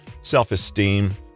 self-esteem